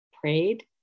prayed